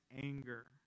anger